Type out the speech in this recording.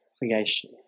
creation